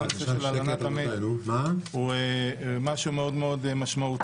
כל הנושא של הלנת המת הוא משהו מאוד מאוד משמעותי,